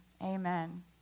amen